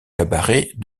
cabarets